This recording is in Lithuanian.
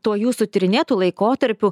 tuo jūsų tyrinėtu laikotarpiu